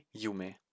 Yume